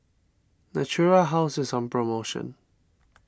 Natura House is on promotion